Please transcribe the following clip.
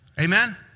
Amen